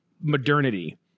modernity